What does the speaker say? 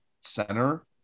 center